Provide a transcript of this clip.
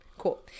Cool